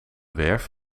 werf